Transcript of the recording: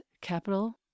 capital